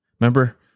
Remember